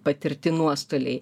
patirti nuostoliai